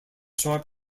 sharp